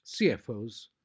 CFOs